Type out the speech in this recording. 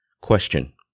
Question